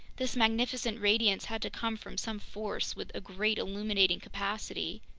this magnificent radiance had to come from some force with a great illuminating capacity.